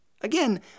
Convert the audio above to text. Again